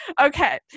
Okay